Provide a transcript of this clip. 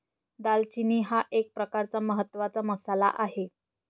दालचिनी हा एक प्रकारचा महत्त्वाचा मसाला आहे